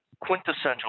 quintessential